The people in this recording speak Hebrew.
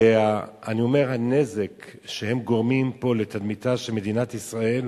ואני אומר, הנזק שהם גורמים לתדמיתה של ישראל